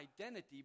identity